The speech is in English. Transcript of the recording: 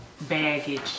baggage